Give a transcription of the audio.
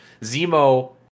Zemo